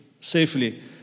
safely